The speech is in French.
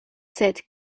sept